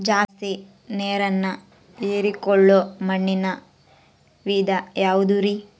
ಜಾಸ್ತಿ ನೇರನ್ನ ಹೇರಿಕೊಳ್ಳೊ ಮಣ್ಣಿನ ವಿಧ ಯಾವುದುರಿ?